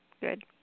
Good